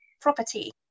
property